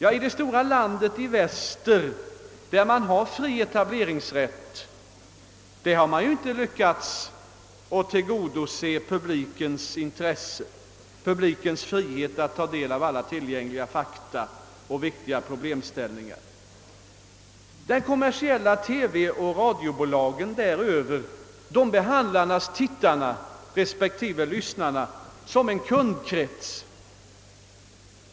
I det stora landet i väster, där det finns fri etableringsrätt, har man inte lyckats tillgodose publikens intresse och publikens krav på frihet att ta del av alla tillgängliga fakta och viktiga problemställningar. De kommersiella radiooch TV-bolagen däröver behandlar givetvis tittarna respektive lyssnarna som en kundkrets.